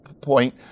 point